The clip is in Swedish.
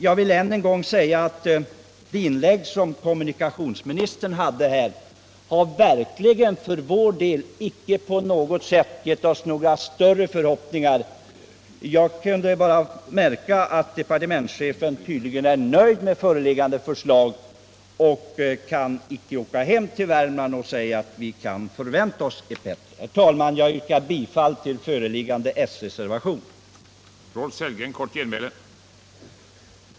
Jag vill än en gång säga att det inlägg som kommunikationsministern gjorde här har verkligen för vår del icke gett oss några större förhoppningar. Jag kunde bara märka att departementschefen tydligen är nöjd med föreliggande förslag, och jag kan icke åka hem till Värmland och säga att vi kan förvänta oss ett bättre. Nr 53 Herr talman! Jag yrkar bifall till den föreliggande s-reservationen.